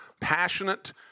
passionate